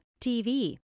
TV